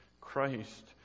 Christ